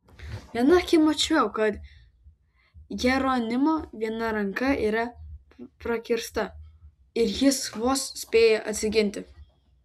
viena akim mačiau kad jeronimo viena ranka yra prakirsta ir jis vos spėja atsiginti